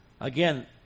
Again